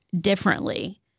differently